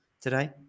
today